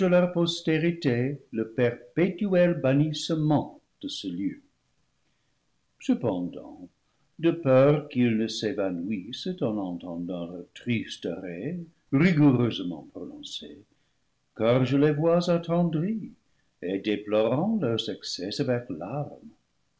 leur postérité le perpétuel bannissement de ce lieu cependant de peur qu'ils ne s'évanouissent en entendant leur triste arrêt ri goureusement prononcé car je les vois attendris et déplorant leurs excès avec larmes